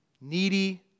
needy